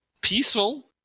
peaceful